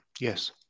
Yes